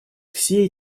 все